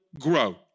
grow